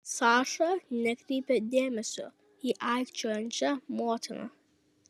saša nekreipė dėmesio į aikčiojančią motiną